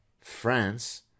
France